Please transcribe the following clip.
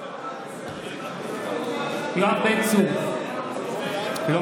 איתמר בן גביר, אינו